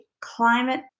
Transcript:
climate